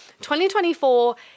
2024